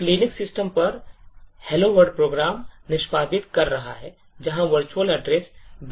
एक Linux system पर hello word program निष्पादित कर रहा है जहां virtual address बेस को देख पाएंगे